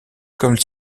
comme